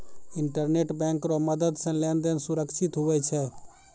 internet bank रो मदद से लेन देन सुरक्षित हुवै छै